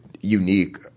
unique